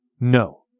No